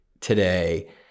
today